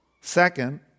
Second